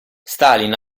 stalin